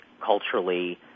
culturally